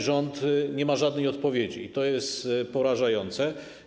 Rząd nie ma na to żadnej odpowiedzi i to jest porażające.